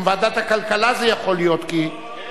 גם ועדת הכלכלה זה יכול להיות, כי, לא לא לא.